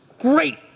great